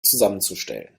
zusammenzustellen